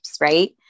right